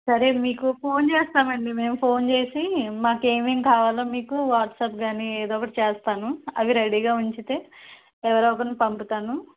సరే మీకు ఫోన్ చేస్తామండి మేము ఫోన్ చేసి మాకు ఏమేం కావాలో మీకు వాట్సాప్ కానీ ఏదో ఒకటి చేస్తాను అవి రెడీగా ఉంచితే ఎవరో ఒకరిని పంపుతాను